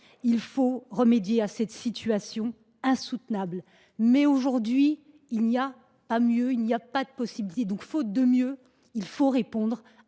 il faut remédier à cette situation insoutenable ! Mais, aujourd’hui, il n’y a pas d’autre possibilité. Donc, faute de mieux, il faut répondre